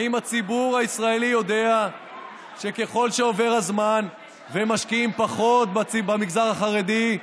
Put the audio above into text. האם הציבור הישראלי יודע שככל שעובר הזמן ומשקיעים פחות במגזר החרדי,